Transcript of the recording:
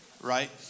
Right